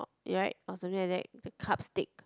right or something like that the cup stick